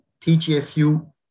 TGFU